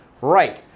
Right